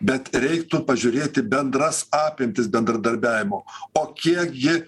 bet reiktų pažiūrėti bendras apimtis bendradarbiavimo o kiek gi